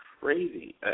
crazy